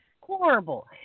horrible